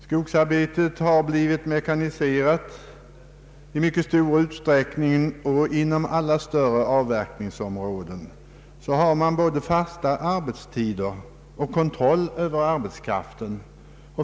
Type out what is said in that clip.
Skogsarbetet har blivit mekaniserat i mycket stor utsträckning, och inom alla större avverkningsområden har man både fasta arbetstider och kontroll över arbetskraften.